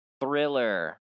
Thriller